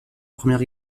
première